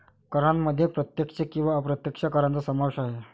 करांमध्ये प्रत्यक्ष किंवा अप्रत्यक्ष करांचा समावेश आहे